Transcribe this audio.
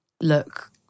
look